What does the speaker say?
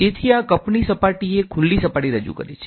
તેથી આ કપની સપાટી એ ખુલ્લી સપાટી રજૂ કરે છે